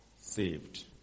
saved